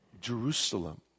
Jerusalem